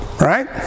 Right